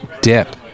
dip